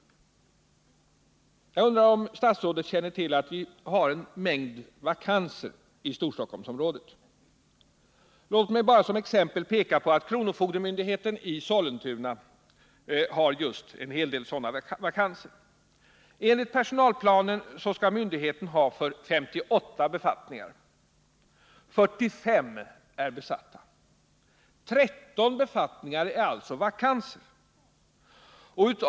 Jag undrar om statsrådet känner till att vi har en mängd vakanser i Storstockholmsområdet. Låt mig bara som exempel peka på kronofogdemyndigheten i Sollentuna. Enligt personalplanen skall myndigheten ha 58 befattningar. 45 är besatta. 13 befattningar är alltså vakanta.